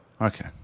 Okay